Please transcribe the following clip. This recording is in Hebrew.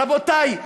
רבותי,